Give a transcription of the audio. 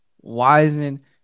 Wiseman